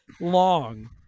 long